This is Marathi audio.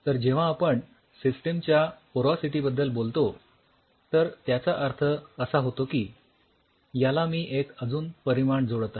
तर जेव्हा आपण सिस्टीम च्या पोरॉसिटीबद्दल बोलतो तर त्याचा अर्थ असा होतो की याला मी अजून एक परिमाण जोडत आहे